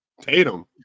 Tatum